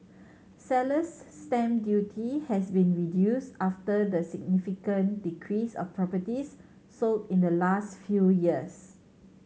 seller's stamp duty has been reduced after the significant decrease of properties sold in the last few years